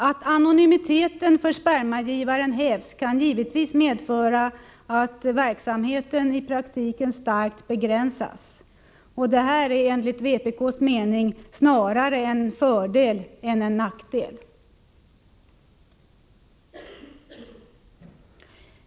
Att anonymiteten för spermagivaren hävs kan givetvis medföra att verksamheten i praktiken starkt begränsas. Detta är enligt vpk:s mening snarare en fördel än en nackdel.